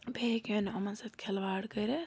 بیٚیہِ ہیٚکہِ ہے نہٕ یِمَن سۭتۍ کھِلواڑ کٔرِتھ